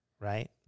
right